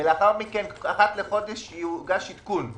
ולאחר מכן אחת לחודש יוגש עדכון.